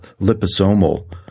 liposomal